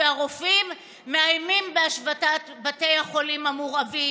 והרופאים מאיימים בהשבתת בתי החולים המורעבים,